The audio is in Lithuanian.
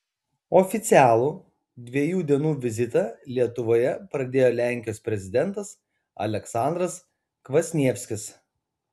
oficialų dviejų dienų vizitą lietuvoje pradėjo lenkijos prezidentas aleksandras kvasnievskis